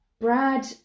Brad